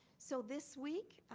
so this week,